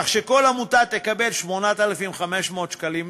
כך שכל עמותה תקבל 8,500 שקלים